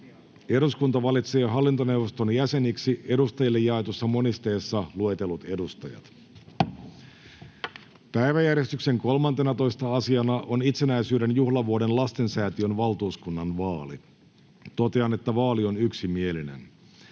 Eduskunta valitsee hallintoneuvoston jäseniksi edustajille jaetussa monisteessa luetellut edustajat. Päiväjärjestyksen 13. asiana on Itsenäisyyden juhlavuoden lastensäätiön valtuuskunnan vaali. Totean, että vaali on yksimielinen.